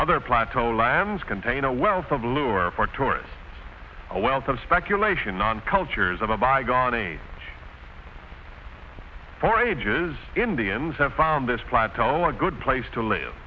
either plateau lands contain a wealth of lure for tourists a wealth of speculation on cultures of a bygone age for ages indians have found this plateau a good place to live